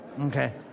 Okay